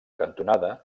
cantonada